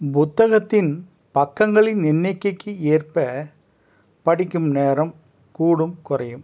புத்தகத்தின் பக்கங்களின் எண்ணிக்கைக்கு ஏற்ப படிக்கும் நேரம் கூடும் குறையும்